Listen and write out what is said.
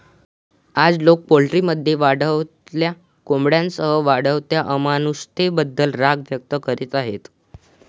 आज, लोक पोल्ट्रीमध्ये वाढलेल्या कोंबड्यांसह वाढत्या अमानुषतेबद्दल राग व्यक्त करीत आहेत